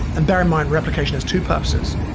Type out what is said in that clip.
and bear in mind, replication is two purposes.